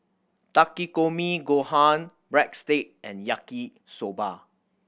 Takikomi Gohan Breadstick and Yaki Soba